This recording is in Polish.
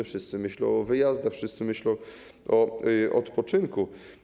Wszyscy myślą o wyjazdach, wszyscy myślą o odpoczynku.